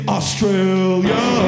Australia